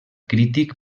crític